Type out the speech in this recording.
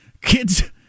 kids